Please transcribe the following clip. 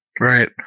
Right